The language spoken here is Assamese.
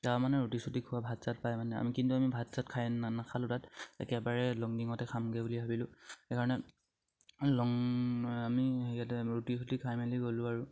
তাৰমানে ৰুটি চুটি খোৱা ভাত চাত পায় মানে আমি কিন্তু আমি ভাত চাত খাই নাখালোঁ তাত একেবাৰে লং ডিঙতে খামগে বুলি ভাবিলোঁ সেইকাৰণে লং আমি হেৰিয়াতে ৰুটি চুটি খাই মেলি গ'লোঁ আৰু